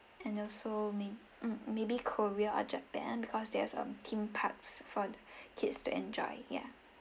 and also may mm maybe korea or japan because there's a theme parks for kids to enjoy yeah